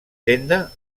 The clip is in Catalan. tenda